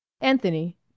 Anthony